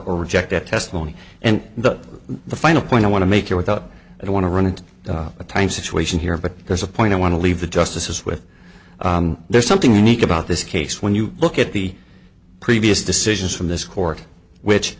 reject that testimony and the the final point i want to make it without i want to run into a time situation here but there's a point i want to leave the justices with there's something unique about this case when you look at the previous decisions from this court which